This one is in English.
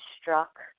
struck